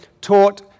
taught